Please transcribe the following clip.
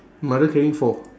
mother carrying four